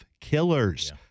killers